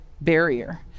barrier